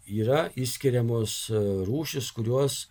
yra išskiriamos rūšys kurios